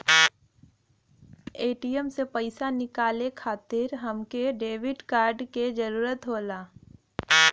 ATM से पइसा निकाले खातिर हमके डेबिट कार्ड क जरूरत होला